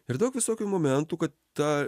ir daug visokių momentų kad ta